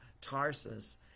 Tarsus